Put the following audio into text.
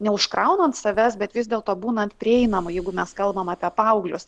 neužkraunant savęs bet vis dėlto būnant prieinamu jeigu mes kalbam apie paauglius